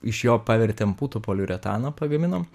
iš jo pavertėm putų poliuretaną pagaminom